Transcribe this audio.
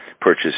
purchase